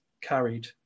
carried